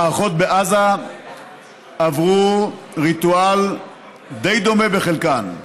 המערכות בעזה עברו ריטואל די דומה בחלקן,